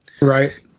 Right